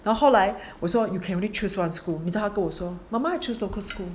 到后来我说 you can only choose one school 你知道他跟我说 mama I choose local school